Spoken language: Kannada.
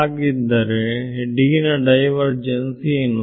ಹಾಗಿದ್ದರೆ D ನಡೈವರ್ ಜೆನ್ಸ್ ಏನು